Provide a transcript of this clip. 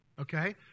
okay